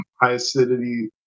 high-acidity